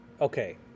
okay